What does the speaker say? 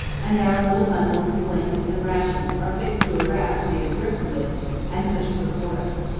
and our little bundles of blankets and rations are fixed to a raft made of driftwood and pushed before us.